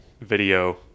video